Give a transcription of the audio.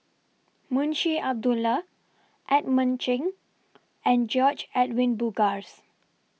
Munshi Abdullah Edmund Cheng and George Edwin Bogaars